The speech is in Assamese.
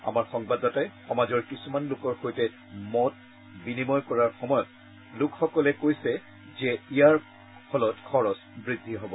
আমাৰ সংবাদদাতাই সমাজৰ কিছুমান লোকৰ সৈতে মন বিনিময় কৰাৰ সময়ত লোকসকলে কৈছে যে ইয়াৰ ফলত খৰছ বৃদ্ধি হ'ব